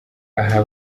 aha